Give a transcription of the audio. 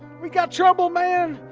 we got trouble man.